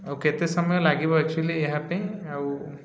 ଆଉ କେତେ ସମୟ ଲାଗିବ ଏକ୍ଚୁଆଲି ଏହା ପାଇଁଁ ଆଉ